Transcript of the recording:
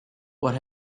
what